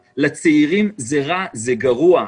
לצעירים זה רע, זה גרוע.